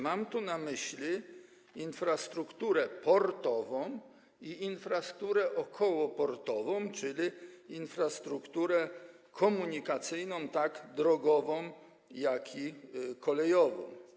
Mam tu na myśli infrastrukturę portową i infrastrukturę okołoportową, czyli infrastrukturę komunikacyjną tak drogową, jak i kolejową.